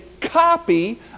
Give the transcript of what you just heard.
copy